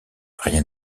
rien